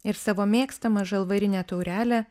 ir savo mėgstamą žalvarinę taurelę